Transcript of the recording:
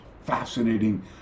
fascinating